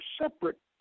separate